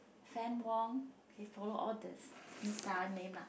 Fann-Wong okay follow all the different star name lah